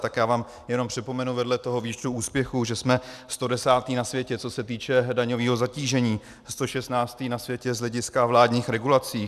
Tak já vám jenom připomenu vedle toho výčtu úspěchů, že jsme 110. na světě, co se týče daňového zatížení, 116. na světě z hlediska vládních regulací.